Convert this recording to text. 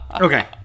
Okay